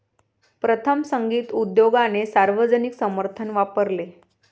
प्रथम, संगीत उद्योगाने सार्वजनिक समर्थन वापरले